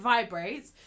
Vibrates